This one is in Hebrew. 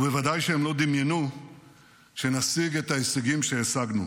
ובוודאי שהם לא דמיינו שנשיג את ההישגים שהשגנו.